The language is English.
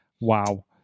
Wow